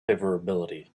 favorability